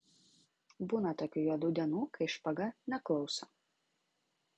būna tokių juodų dienų kai špaga neklauso